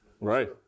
Right